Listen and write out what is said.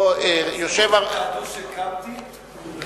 המצלמות יתעדו שקמתי וחזרתי.